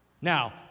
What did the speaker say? Now